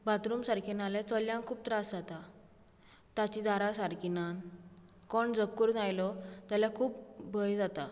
bathroom सारके ना जाल्यार चल्यांक खूब त्रास जाता ताचीं दारां सारकीं नात कोण जप्प करून आयलो जाल्यार खूब भंय जाता